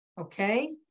Okay